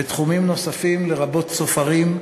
בתחומים נוספים, לרבות צופרים,